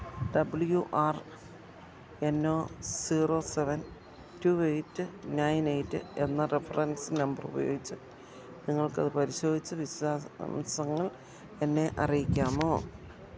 W R N O zero seven two eight nine eight എന്ന reference നമ്പറുപയോഗിച്ച് നിങ്ങൾക്കത് പരിശോധിച്ച് വിശദാം ശങ്ങൾ എന്നെ അറിയിക്കാമോ